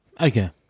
Okay